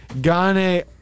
Gane